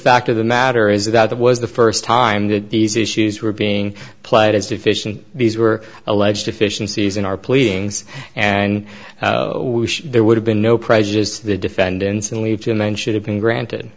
fact of the matter is that that was the first time that these issues were being played as deficient these were alleged deficiencies in our pleadings and there would have been no prejudice to the defendants and lead to men should have been granted